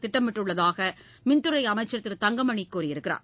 திட்டமிட்டுள்ளதாக மின்சாரத்துறை அமைச்சர் திரு தங்கமணி கூறியிருக்கிறார்